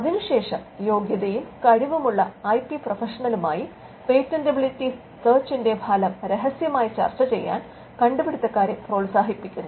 അതിനുശേഷം യോഗ്യതയും കഴിവുമുള്ള ഐ പി പ്രൊഫഷണലുമായി പേറ്റന്റിബിലിറ്റി സെർച്ചിന്റെ ഫലം രഹസ്യമായി ചർച്ച ചെയ്യാൻ കണ്ടുപിടുത്തക്കാരെ പ്രോത്സാഹിപ്പിക്കുന്നു